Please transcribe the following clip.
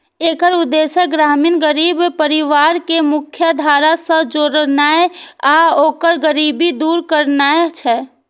एकर उद्देश्य ग्रामीण गरीब परिवार कें मुख्यधारा सं जोड़नाय आ ओकर गरीबी दूर करनाय छै